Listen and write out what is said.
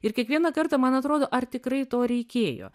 ir kiekvieną kartą man atrodo ar tikrai to reikėjo